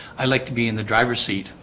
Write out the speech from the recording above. i like to be in the driver's seat.